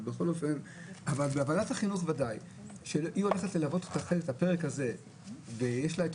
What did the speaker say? בכל אופן ועדת החינוך ודאי הולכת ללוות את הפרק הזה ויש לה את